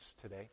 today